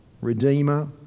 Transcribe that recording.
redeemer